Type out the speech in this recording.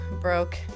broke